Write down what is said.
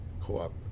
co-op